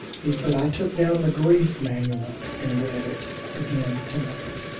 he said, i took down the grief manual and read it again tonight